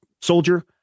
soldier